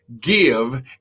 Give